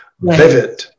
vivid